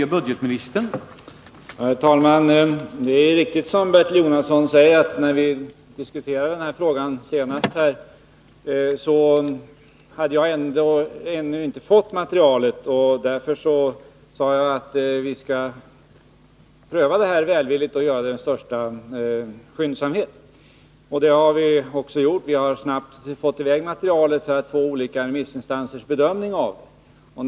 Herr talman! Det är riktigt som Bertil Jonasson säger att jag när vi senast diskuterade den här frågan inte hade fått materialet. Därför sade jag att vi skall pröva saken välvilligt och att vi skall göra det med största skyndsamhet. Det har vi också gjort. Vi har snabbt fått i väg materialet för att få olika remissinstansers bedömning av det.